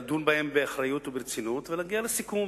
לדון בהן באחריות וברצינות ולהגיע לסיכום,